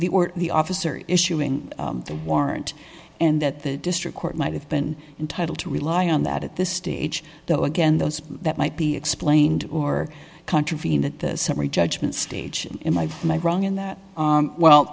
or the officer issuing the warrant and that the district court might have been entitled to rely on that at this stage though again those that might be explained or contravene that the summary judgment stage in my view my growing in that well